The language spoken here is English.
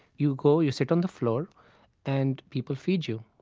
you go, you sit on the floor and people feed you.